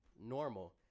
normal